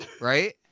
Right